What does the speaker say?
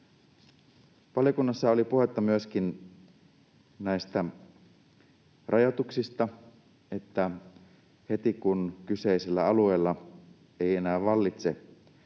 Valiokunnassa oli puhetta myöskin näistä rajoituksista, että heti kun kyseisillä alueilla eivät enää vallitse